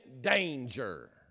danger